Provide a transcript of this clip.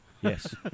Yes